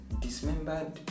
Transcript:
dismembered